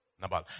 Nabal